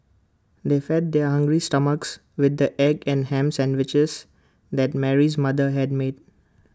they fed their hungry stomachs with the egg and Ham Sandwiches that Mary's mother had made